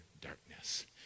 darkness